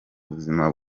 buzima